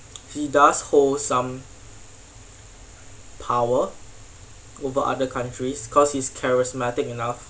he does hold some power over other countries because he's charismatic enough